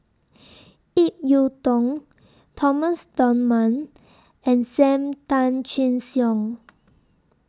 Ip Yiu Tung Thomas Dunman and SAM Tan Chin Siong